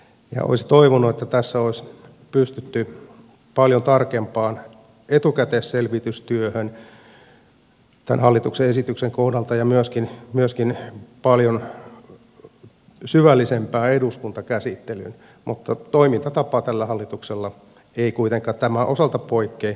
olisin toivonut että olisi pystytty paljon tarkempaan etukäteisselvitystyöhön tämän hallituksen esityksen kohdalla ja myöskin paljon syvällisempään eduskuntakäsittelyyn mutta toimintatapa tällä hallituksella ei kuitenkaan tämän osalta poikkea minkään muunkaan asian käsittelystä